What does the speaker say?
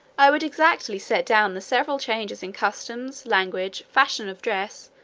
i would exactly set down the several changes in customs, language, fashions of dress,